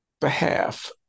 behalf